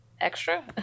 extra